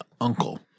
uncle